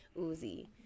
Uzi